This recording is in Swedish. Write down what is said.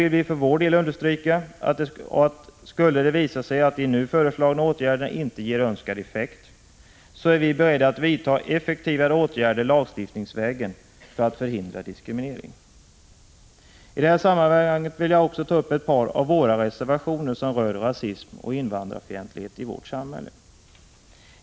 Vi vill för vår del dock understryka att vi är beredda att vidta effektiva åtgärder lagstiftningsvägen för att förhindra diskriminering, om det skulle visa sig att de nu föreslagna insatserna inte ger önskat resultat. I det här sammanhanget vill jag också ta upp ett par av våra reservationer som rör rasism och invandrarfientlighet i vårt samhälle.